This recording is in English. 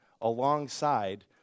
alongside